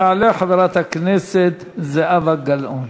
תעלה חברת הכנסת זהבה גלאון.